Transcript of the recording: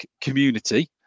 community